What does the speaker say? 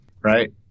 Right